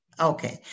Okay